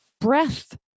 Breath